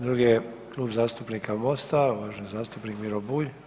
Drugi je Klub zastupnika MOST-a uvaženi zastupnik Miro Bulj.